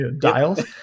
dials